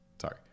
sorry